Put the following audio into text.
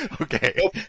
Okay